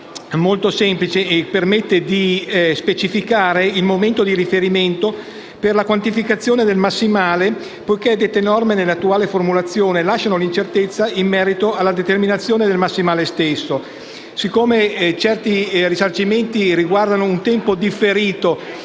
l'emendamento 9.218 è molto semplice e permette di specificare il momento di riferimento per la quantificazione del massimale poiché dette norme, nell'attuale formulazione, lasciano incertezza in merito alla determinazione del massimale stesso.